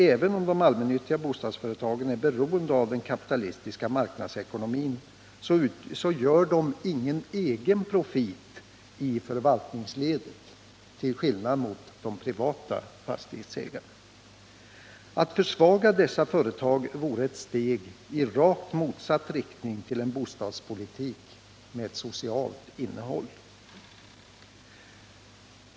Även om de allmännyttiga bostadsföretagen är beroende av den kapitalistiska marknadsekonomin, gör de ingen egen profit i förvaltningsledet till skillnad mot de privata fastighetsägarna. Att försvaga de allmännyttiga bostadsföretagen vore ett steg i rakt motsatt Nr 30 riktning mot en bostadspolitik med socialt innehåll.